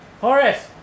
Horace